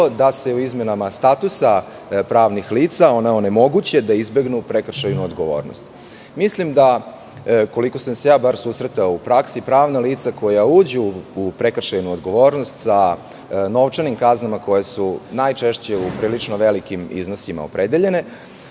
da se u izmenama statusa pravnih lica onemogući da izbegnu prekršajnu odgovornost. Mislim da, koliko sam se barem susretao u praksi, pravna lica koja uđu u prekršajnu odgovornost sa novčanim kaznama koje su najčešće u prilično velikim iznosima opredeljene,